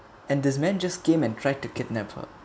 and this man just came and tried to kidnap her